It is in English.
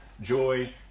joy